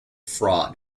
fraud